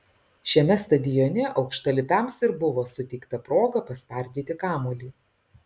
šiame stadione aukštalipiams ir buvo suteikta proga paspardyti kamuolį